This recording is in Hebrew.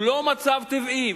הוא לא מצב טבעי,